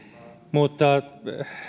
mutta